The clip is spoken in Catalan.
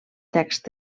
text